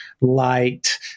light